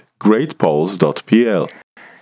greatpoles.pl